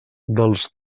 dels